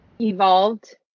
evolved